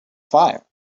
fire